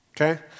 Okay